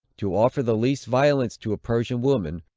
to offer the least violence to a persian woman,